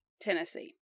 Tennessee